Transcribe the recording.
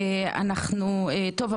טוב,